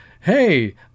hey